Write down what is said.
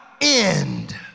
end